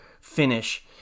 finish